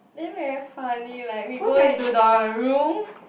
then very funny like we go into the room